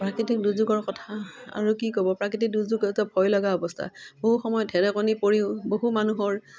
প্ৰাকৃতিক দুৰ্যোগৰ কথা আৰু কি ক'ব প্ৰাকৃতিক দুৰ্যোগৰ ভয় লগা অৱস্থা বহু সময়ত ঢেৰেকণি পৰিও বহু মানুহৰ